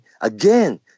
again